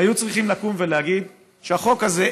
היו צריכים לקום ולהגיד שהחוק הזה,